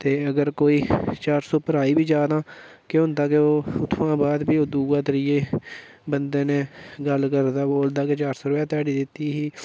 ते अगर कोई चार सौ पर आई बी जा तां केह् होंदा की उत्थुआं बाद प्ही ओह् दूऐ त्रीए बंदे नै गल्ल करदा कि ओह्दे चार सौ रपेआ ध्याड़ी दित्ती ही